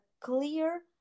clear